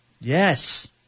Yes